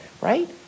right